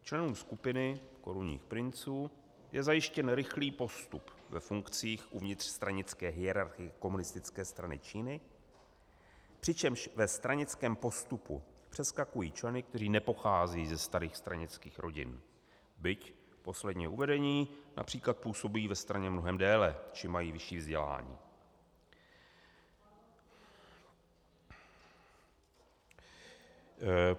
Členům skupiny korunních princů je zajištěn rychlý postup ve funkcích uvnitř stranické hierarchie Komunistické strany Číny, přičemž ve stranickém postupu přeskakují členy, kteří nepocházejí ze starých stranických rodin, byť posledně uvedení například působí ve straně mnohem déle či mají vyšší vzdělání.